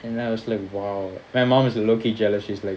and then I was like !wow! and my mom is lowkey jealous she's like